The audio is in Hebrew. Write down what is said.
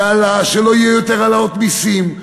אמר שלא יהיו יותר העלאות מסים,